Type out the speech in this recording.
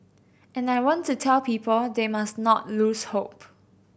and I want to tell people they must not lose hope